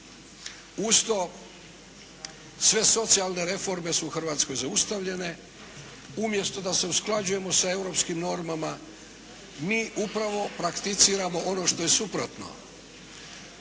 Uz to sve socijalne reforme su u Hrvatskoj zaustavljene. Umjesto da se usklađujemo sa europskim normama mi upravo prakticiramo ono što je suprotno.